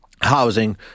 housing